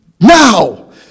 Now